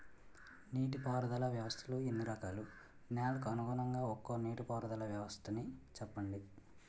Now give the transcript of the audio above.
నీటి పారుదల వ్యవస్థలు ఎన్ని రకాలు? నెలకు అనుగుణంగా ఒక్కో నీటిపారుదల వ్వస్థ నీ చెప్పండి?